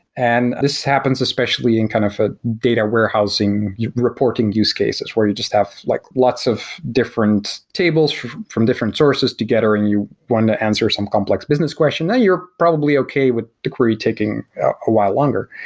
and this happens especially in kind of a data warehousing reporting use cases where you just have like lots of different tables from different sources together and you want to answer some complex business question, then you're probably okay with the query taking a while longer,